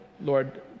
lord